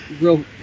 real